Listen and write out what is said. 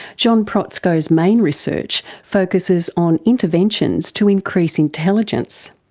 john protzko's main research focuses on interventions to increase intelligence,